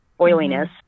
oiliness